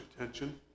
attention